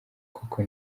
koko